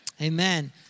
Amen